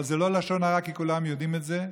אבל זה לא לשון הרע, כי כולם יודעים את זה,